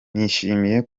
nishimiye